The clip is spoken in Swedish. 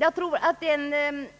Jag tror att den